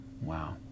wow